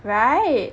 right